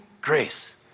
grace